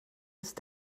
ist